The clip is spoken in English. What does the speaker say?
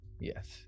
yes